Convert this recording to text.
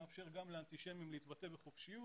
מאפשר גם לאנטישמיים להתבטא בחופשיות.